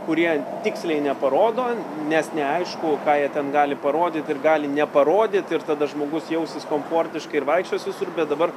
kurie tiksliai neparodo nes neaišku ką jie ten gali parodyt ir gali neparodyt ir tada žmogus jausis komfortiškai ir vaikščios visur bet dabar